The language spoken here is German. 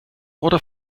oder